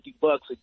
bucks